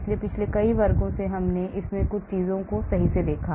इसलिए पिछले कई वर्गों में हमने इनमें से कुछ चीजों को सही से देखा